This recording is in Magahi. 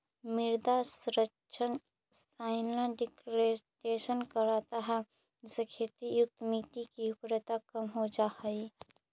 मृदा का क्षरण सॉइल डिग्रेडेशन कहलाता है जिससे खेती युक्त मिट्टी की उर्वरता कम हो जा हई